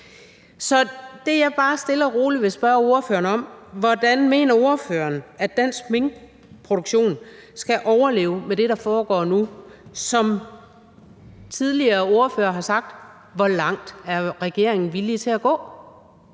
Så det, jeg bare stille og roligt vil spørge ordføreren om, er: Hvordan mener ordføreren dansk minkproduktion skal overleve med det, der foregår nu? Som forrige ordførere også har spurgt om: Hvor langt er regeringen villig til at gå?